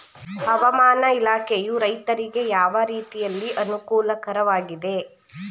ಹವಾಮಾನ ಇಲಾಖೆಯು ರೈತರಿಗೆ ಯಾವ ರೀತಿಯಲ್ಲಿ ಅನುಕೂಲಕರವಾಗಿದೆ?